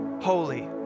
holy